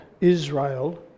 Israel